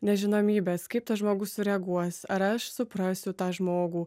nežinomybės kaip tas žmogus sureaguos ar aš suprasiu tą žmogų